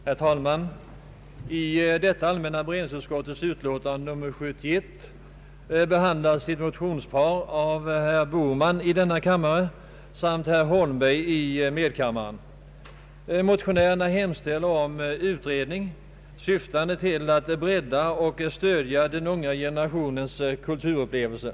Herr talman! I detta allmänna beredningsutskottets utlåtande nr 71 behandlas ett motionspar av herr Bohman m.fl. i denna kammare och herr Holmberg m.fl. i medkammaren. Motionärerna hemställer om utredning syftande till att bredda och stödja den unga generationens kulturupplevelse.